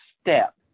step